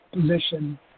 position